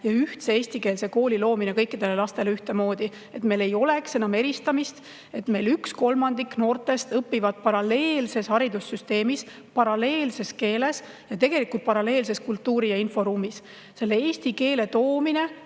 ja ühtse eestikeelse kooli loomine kõikidele lastele, et meil ei oleks enam eristamist, et meil üks kolmandik noortest õpib paralleelses haridussüsteemis, paralleelses keeles ja tegelikult paralleelses kultuuri- ja inforuumis. Eesti keele toomine